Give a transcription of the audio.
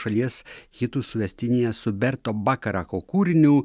šalies hitų suvestinėje su berto bakarako kūriniu